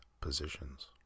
positions